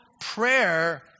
prayer